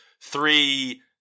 three